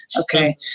okay